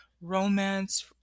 romance